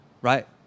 right